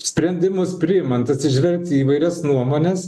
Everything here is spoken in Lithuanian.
sprendimus priimant atsižvelgti į įvairias nuomones